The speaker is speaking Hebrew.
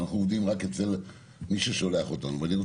אנחנו עובדים רק אצל מי ששולח אותנו.